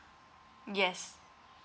yes